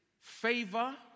favor